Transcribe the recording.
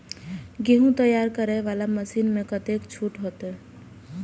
गेहूं तैयारी करे वाला मशीन में कतेक छूट होते?